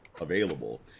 available